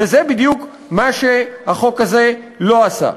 וזה בדיוק מה שהחוק הזה לא עשה.